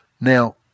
Now